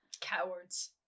Cowards